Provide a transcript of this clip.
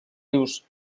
rius